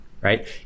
right